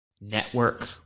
network